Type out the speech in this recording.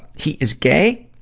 he is gay,